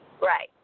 Right